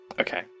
okay